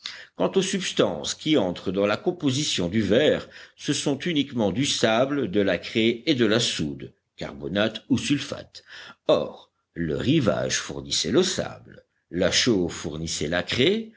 quant aux substances qui entrent dans la composition du verre ce sont uniquement du sable de la craie et de la soude carbonate ou sulfate or le rivage fournissait le sable la chaux fournissait la craie